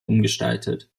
umgestaltet